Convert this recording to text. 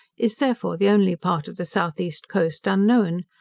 is, therefore, the only part of the south-east coast unknown,